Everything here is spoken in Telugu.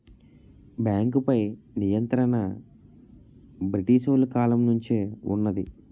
బేంకుపై నియంత్రణ బ్రిటీసోలు కాలం నుంచే వున్నది